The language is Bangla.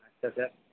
আচ্ছা স্যার